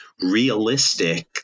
realistic